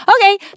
okay